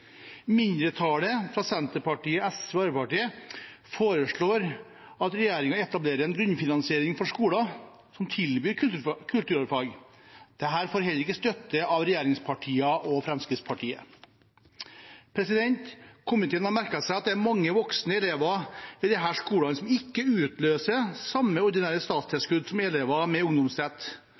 Mindretallet, Senterpartiet, SV og Arbeiderpartiet, foreslår at regjeringen etablerer en grunnfinansiering for skoler som tilbyr kulturarvfag. Dette får heller ikke støtte av regjeringspartiene og Fremskrittspartiet. Komiteen har merket seg at det er mange voksne elever ved disse skolene, som ikke utløser samme ordinære statstilskudd som elever med ungdomsrett.